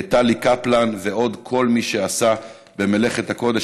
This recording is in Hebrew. טלי קפלן ולכל מי שעסק במלאכת הקודש.